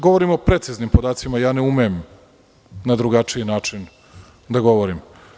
Govorim o preciznim podacima, ne umem na drugačiji način da govorim.